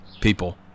people